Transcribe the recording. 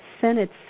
Senate